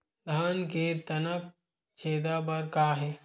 धान के तनक छेदा बर का हे?